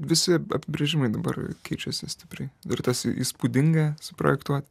visi apibrėžimai dabar keičiasi stipriai ir tas įspūdinga suprojektuoti